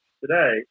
today